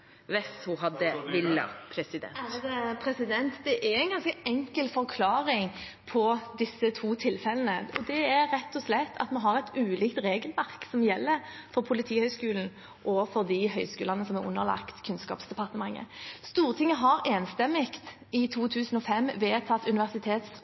villet? Det er en ganske enkel forklaring på disse to tilfellene, og det er rett og slett at vi har et ulikt regelverk som gjelder for Politihøgskolen og for de høyskolene som er underlagt Kunnskapsdepartementet. I 2005 vedtok Stortinget enstemmig universitets- og høyskoleloven § 9-2 fjerde ledd. De har i stortingsmeldingen om struktur i